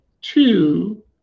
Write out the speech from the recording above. two